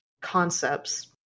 concepts